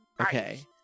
Okay